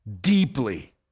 deeply